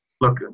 look